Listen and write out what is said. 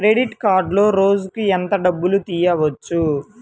Credit కార్డులో రోజుకు ఎంత డబ్బులు తీయవచ్చు?